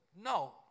No